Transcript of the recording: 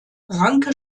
ranke